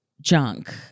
junk